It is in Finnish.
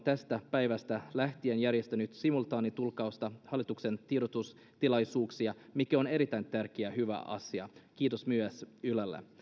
tästä päivästä lähtien järjestänyt simultaanitulkkausta hallituksen tiedotustilaisuuksista mikä on erittäin tärkeä ja hyvä asia kiitos myös ylelle